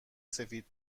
سفید